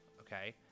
okay